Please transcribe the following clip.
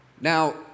Now